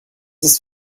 ist